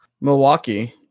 Milwaukee